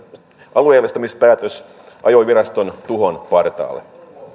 alueellistamispäätös ajoi viraston tuhon partaalle